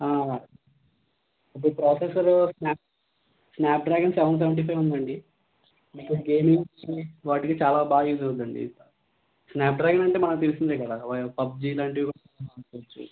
ఇప్పుడు ప్రాసెసరు స్నా Snapdragon seven seventy five ఉంది అండి మీకు గేమింగ్కి వాటికి చాలా బాగా యూజ్ అవుతుంది అండి స్నాప్డ్రాగన్ అంటే మనకు తెలిసిందే కదా పబ్జీ లాంటివి కూడా ఆడుకోవచ్చు